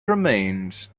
remained